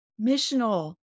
Missional